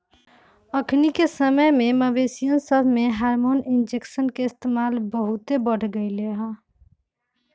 अखनिके समय में मवेशिय सभमें हार्मोन इंजेक्शन के इस्तेमाल बहुते बढ़ गेलइ ह